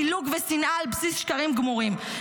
פילוג ושנאה ועל בסיס שקרים גמורים.